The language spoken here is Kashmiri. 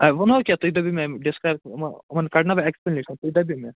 ووٚنہو کیٛاہ تۄہہِ دٔپِو مےٚ یِمو یِمن کَڑ نا بہٕ اٮ۪کٕسپٕلنیشن تُہۍ دٔپِو مےٚ